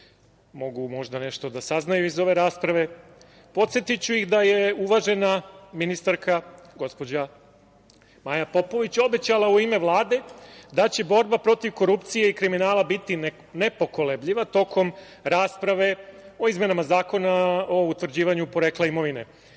mogu možda nešto da saznaju iz ove rasprave, podsetiću ih da je uvažena ministarka, gospođa Maja Popović, obećala u ime Vlade da će borba protiv korupcije i kriminala biti nepokolebljiva tokom rasprave o izmenama Zakona o utvrđivanju porekla imovine. Cenjena